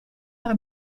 par